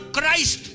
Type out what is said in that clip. Christ